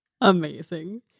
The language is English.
Amazing